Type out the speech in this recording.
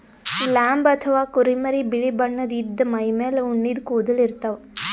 lamb ಅಥವಾ ಕುರಿಮರಿ ಬಿಳಿ ಬಣ್ಣದ್ ಇದ್ದ್ ಮೈಮೇಲ್ ಉಣ್ಣಿದ್ ಕೂದಲ ಇರ್ತವ್